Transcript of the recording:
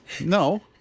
no